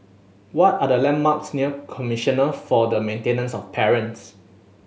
what are the landmarks near Commissioner for the Maintenance of Parents